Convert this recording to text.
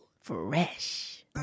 Fresh